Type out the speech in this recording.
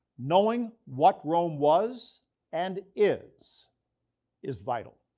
knowing what rome was and is is vital.